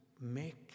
make